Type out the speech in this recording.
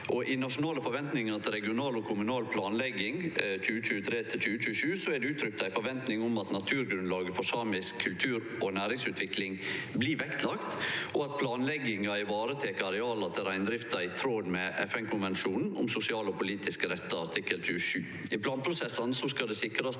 I Nasjonale forventningar til regional og kommunal planlegging 2023–2027 er det uttrykt ei forventning om at naturgrunnlaget for samisk kultur og næringsutvikling blir vektlagt, og at planlegginga ivaretek areala til reindrifta i tråd med FN-konvensjonen om sosiale og politiske rettar artikkel 27. I planprosessane